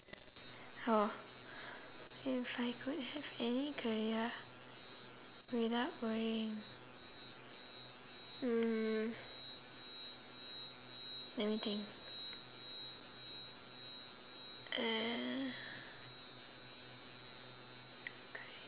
oh if I could have any career without worrying hmm let me think uh